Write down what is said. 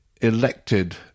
elected